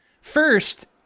first